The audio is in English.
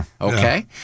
Okay